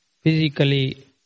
...physically